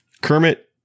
Kermit